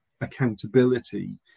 accountability